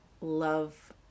love